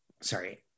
sorry